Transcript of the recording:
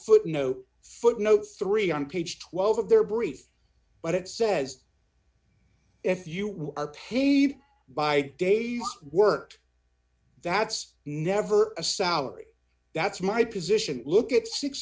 footnote footnote three on page twelve of their brief but it says if you are paid by day's work that's never a salary that's my position look at